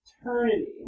eternity